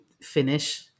finish